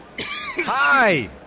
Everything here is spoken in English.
Hi